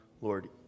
Lord